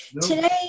Today